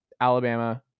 Alabama